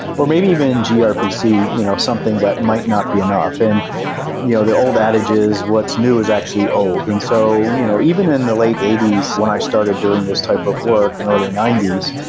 or maybe even ah grpc, you know something that might not be enough. and you know the old adage is what's new is actually old. and so you know even in the late eighty s when i started doing this type of work in early ninety s,